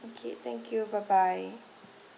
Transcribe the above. okay thank you bye bye